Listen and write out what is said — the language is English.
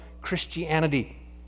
Christianity